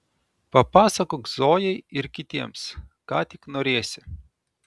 papasakok zojai ir kitiems ką tik norėsi